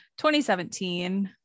2017